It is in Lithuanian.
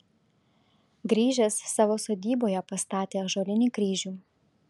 grįžęs savo sodyboje pastatė ąžuolinį kryžių